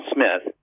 Smith